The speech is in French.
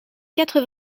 quatre